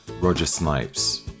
rogersnipes